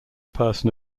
person